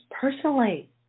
personally